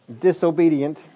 disobedient